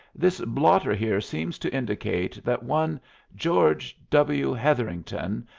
this blotter here seems to indicate that one george w. hetherington,